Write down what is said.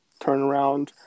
turnaround